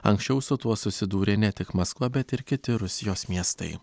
anksčiau su tuo susidūrė ne tik maskva bet ir kiti rusijos miestai